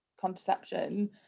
contraception